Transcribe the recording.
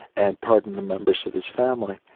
and pardon the members of his family.